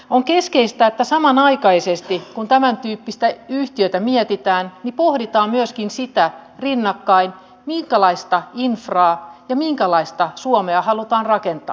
on keskeistä että samanaikaisesti kun tämäntyyppistä yhtiötä mietitään pohditaan myöskin rinnakkain minkälaista infraa ja minkälaista suomea halutaan rakentaa